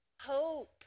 hope